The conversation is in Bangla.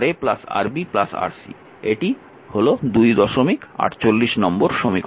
এটি 248 নম্বর সমীকরণ